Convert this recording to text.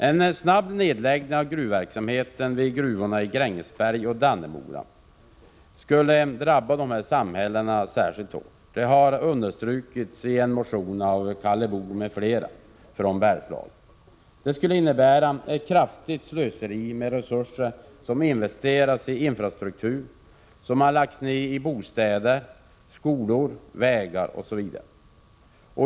En snabb nedläggning av gruvverksamheten vid gruvorna i Grängesberg och Dannemora skulle drabba dessa samhällen hårt. Detta har understrukits i en motion av Karl Boo m.fl. från Bergslagen. Det skulle innebära ett kraftigt slöseri med resurser som investerats i infrastruktur, bostäder, skolor, vägar osv.